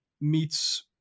meets